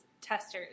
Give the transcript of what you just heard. testers